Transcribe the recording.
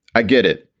i get it.